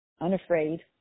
unafraid